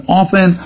often